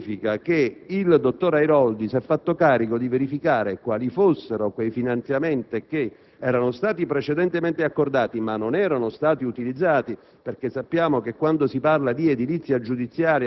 locale e livello centrale. Questo significa che il dottor Airoldi si è fatto carico di verificare quali fossero i finanziamenti che erano stati precedentemente accordati, ma non erano stati utilizzati;